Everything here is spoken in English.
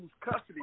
custody